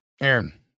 Aaron